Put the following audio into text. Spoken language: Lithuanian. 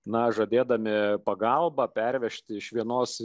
na žadėdami pagalbą pervežti iš vienos